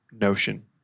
notion